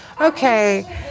Okay